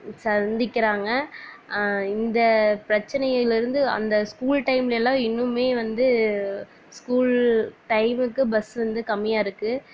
சந்திக்கிறாங்க இந்த பிரச்சினையில இருந்து அந்த ஸ்கூல் டைமில் எல்லாம் இன்னுமே வந்து ஸ்கூல் டைமுக்கு பஸ்ஸு வந்து கம்மியாக இருக்குது